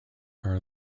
are